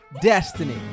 destiny